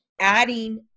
adding